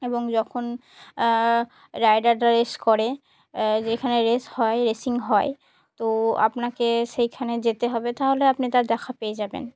এবং যখন রাইডাররা রেস করে যেখানে রেস হয় রেসিং হয় তো আপনাকে সেইখানে যেতে হবে তাহলে আপনি তার দেখা পেয়ে যাবেন